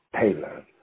Taylor